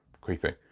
creepy